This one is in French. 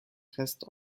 reste